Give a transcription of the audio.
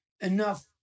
enough